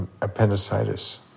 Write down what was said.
appendicitis